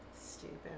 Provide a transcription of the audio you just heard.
Stupid